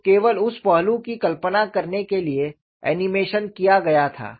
तो केवल उस पहलू की कल्पना करने के लिए एनीमेशन किया गया था